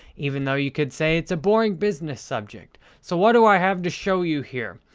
even though you could say it's a boring business subject. so, what do i have to show you here?